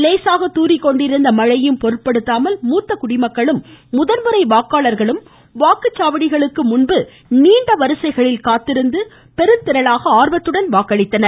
லேசாக தூறிக்கொண்டிருந்த மழையையும் பொருட்படுத்தாமல் முத்த குடிமக்களும் முதன்முறை வாக்காளர்களும் வாக்குச்சாவடிகளுக்கு முன்பு நீண்ட வரிசையில் காத்திருந்து பெருந்திரளாக ஆர்வத்துடன் வாக்களித்தனர்